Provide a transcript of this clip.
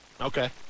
Okay